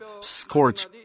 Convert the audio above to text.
scorch